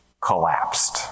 collapsed